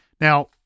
Now